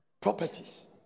Properties